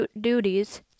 duties